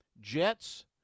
Jets